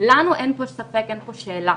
לנו אין פה ספק, אין פה שאלה.